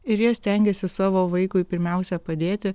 ir jie stengiasi savo vaikui pirmiausia padėti